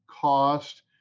cost